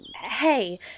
Hey